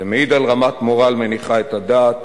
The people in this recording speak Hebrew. זה מעיד על רמת מורל מניחה את הדעת